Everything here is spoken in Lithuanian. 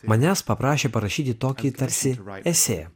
manęs paprašė parašyti tokį tarsi esė